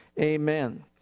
Amen